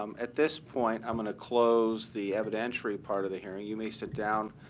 um at this point, i'm going to close the evidentiary part of the hearing. you may sit down,